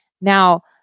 Now